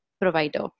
provider